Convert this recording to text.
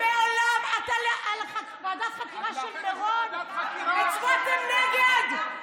ועדת חקירה של מירון, הצבעתם נגד.